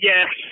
Yes